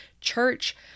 church